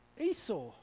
Esau